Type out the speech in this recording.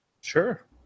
Sure